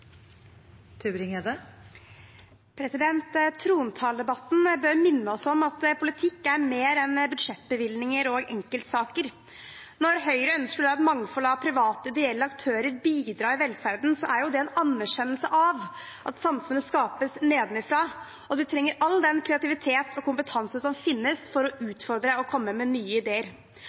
mer enn budsjettbevilgninger og enkeltsaker. Når Høyre ønsker å la et mangfold av private ideelle aktører bidra til velferden, er jo det en anerkjennelse av at samfunnet skapes nedenfra, og at en trenger all den kreativitet og kompetanse som finnes, for å utfordre og komme med nye ideer.